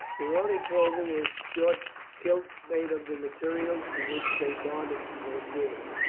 their only clothing was short kilts made of the materials for which they bartered their game.